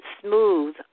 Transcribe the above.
smooth